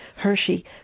Hershey